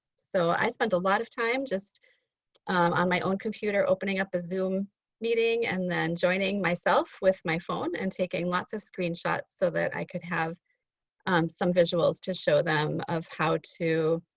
so i spent a lot of time just on my own computer opening up a zoom meeting and then joining myself with my phone and taking lots of screenshots so that i could have some visuals to show them how to